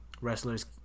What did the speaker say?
wrestlers